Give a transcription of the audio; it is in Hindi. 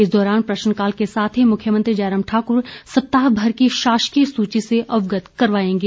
इस दौरान प्रश्नकाल के साथ ही मुख्यमंत्री जयराम ठाकुर सप्ताहभर की शासकीय सूची से अवगत करवाएंगे